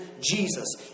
Jesus